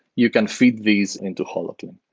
you can feed these into holoclean.